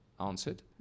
answered